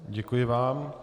Děkuji vám.